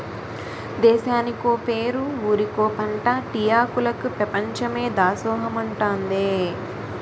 దేశానికో పేరు ఊరికో పంటా టీ ఆకులికి పెపంచమే దాసోహమంటాదే